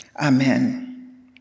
Amen